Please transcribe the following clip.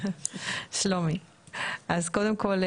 אז קודם כל,